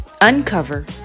uncover